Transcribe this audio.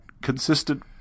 consistent